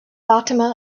fatima